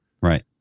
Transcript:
Right